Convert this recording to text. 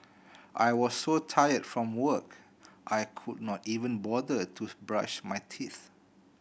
I was so tired from work I could not even bother to brush my teeth